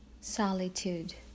Solitude